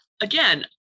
Again